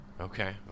Okay